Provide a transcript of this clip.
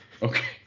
Okay